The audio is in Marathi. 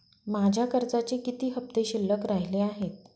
माझ्या कर्जाचे किती हफ्ते शिल्लक राहिले आहेत?